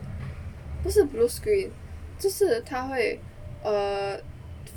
不是 blue screen 就是他会 err